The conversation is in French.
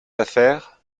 affaires